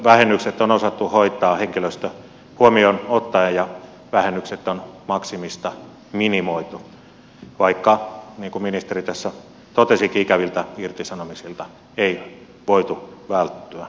henkilöstövähennykset on osattu hoitaa henkilöstö huomioon ottaen ja vähennykset on maksimista minimoitu vaikka niin kuin ministeri tässä totesikin ikäviltä irtisanomisilta ei voitu välttyä